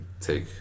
take